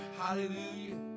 Hallelujah